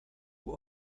who